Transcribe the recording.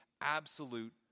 absolute